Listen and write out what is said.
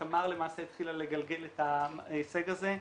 ותמר למעשה התחילה לגלגל את ההישג הזה,